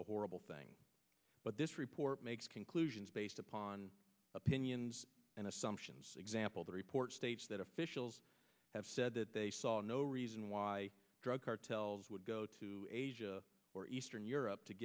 a horrible thing but this report makes conclusions based upon opinions and assumptions example the report states that officials have said that they saw no reason why drug cartels would go to asia or eastern europe to